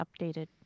updated